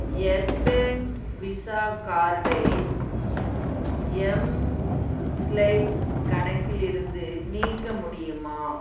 S Bank Visa கார்டை எம்ஸ்லைப் கணக்கிலிருந்து நீக்க முடியுமா